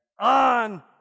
on